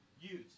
use